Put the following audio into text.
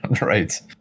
Right